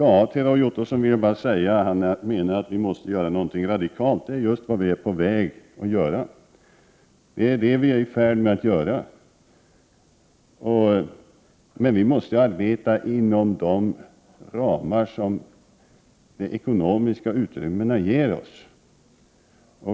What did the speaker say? Roy Ottosson sade att vi måste göra något radikalt. Det är precis vad vi håller på att göra, men vi måste arbeta inom de ramar som det ekonomiska utrymmet medger.